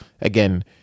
again